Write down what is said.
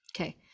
okay